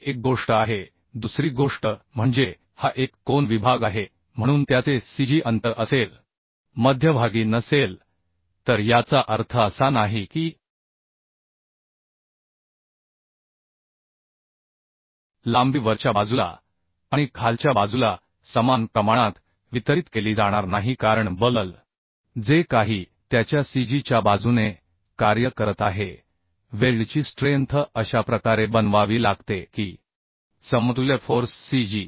ही एक गोष्ट आहे दुसरी गोष्ट म्हणजे हा एक कोन विभाग आहे म्हणून त्याचे cg अंतर असेल मध्यभागी नसेल तर याचा अर्थ असा नाही की लांबी वरच्या बाजूला आणि खालच्या बाजूला समान प्रमाणात वितरित केली जाणार नाही कारण बल जे काही त्याच्या cg च्या बाजूने कार्य करत आहे वेल्डची स्ट्रेंथ अशा प्रकारे बनवावी लागते की समतुल्य फोर्स cg